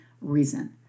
reason